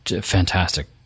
fantastic